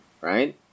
right